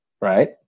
right